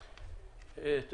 חסי, תודה.